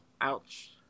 ouch